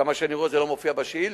עד כמה שאני רואה, זה לא מופיע בשאילתא.